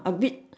a bit